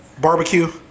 Barbecue